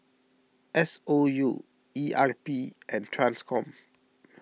S O U E R P and Transcom